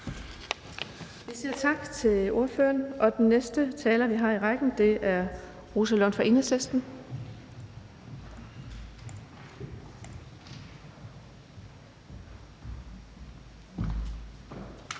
Vi siger tak til ordføreren. Og den næste taler, vi har i rækken, er Rosa Lund fra Enhedslisten.